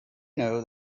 know